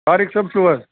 طاریٖق صٲب چھِو حظ